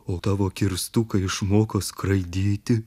o tavo kirstukai išmoko skraidyti